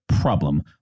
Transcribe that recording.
problem